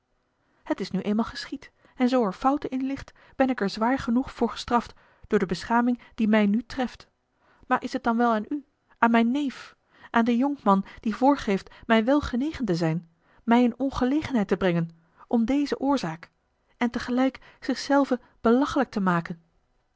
het is nu eenmaal geschied en zoo er faute in ligt ben ik er zwaar genoeg voor gestraft door de beschaming die mij nu treft maar is het dan wel aan u aan mijn neef aan den jonkman die voorgeeft mij wel genegen te zijn mij in ongelegenheid te brengen om deze oorzaak en tegelijk zich zelven belachelijk te maken